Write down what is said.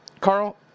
Carl